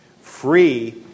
free